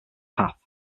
path